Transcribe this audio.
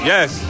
Yes